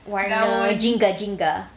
warna jingga jingga